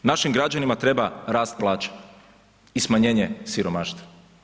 Našim građanima treba rast plaće i smanjenje siromaštva.